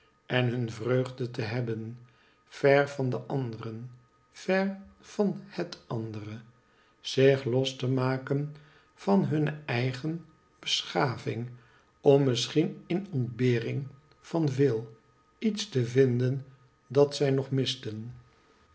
en hun vreugde te hebben ver van de anderen ver van het andere zich los te maken van hunne eigen beschaving om misschien in ontbering van veel iets te vinden dat zij nogmisten